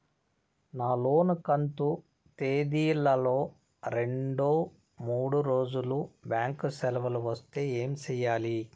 నా లోను కంతు తేదీల లో రెండు మూడు రోజులు బ్యాంకు సెలవులు వస్తే ఏమి సెయ్యాలి?